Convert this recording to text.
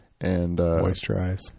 Moisturize